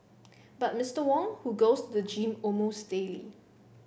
but Mister Wong who goes to the gym almost daily